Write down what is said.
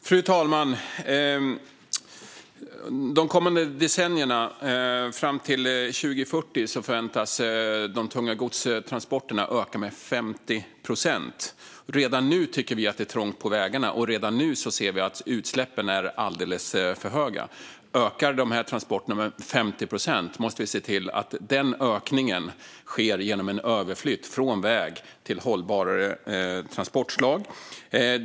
Fru talman! De kommande decennierna fram till 2040 förväntas de tunga godstransporterna öka med 50 procent. Redan nu tycker vi att det är trångt på vägarna, och redan nu ser vi att utsläppen är alldeles för höga. Ökar dessa transporter med 50 procent måste vi se till att denna ökning sker genom en överflyttning från vägtransporter till hållbarare transportslag.